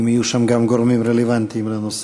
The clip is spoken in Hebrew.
אם יהיו שם גם גורמים רלוונטיים לנושא.